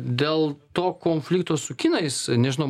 dėl to konflikto su kinais nežinau